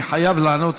אני חייב לענות,